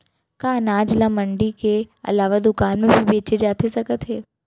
का अनाज ल मंडी के अलावा दुकान म भी बेचे जाथे सकत हे?